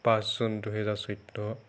পাঁচ জুন দুহেজাৰ চৈধ্য